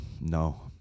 No